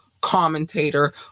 commentator